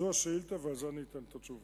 זו השאילתא ועל זה אני אתן את התשובה.